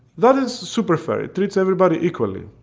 that is super fair. it treats everybody equally.